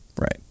Right